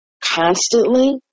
constantly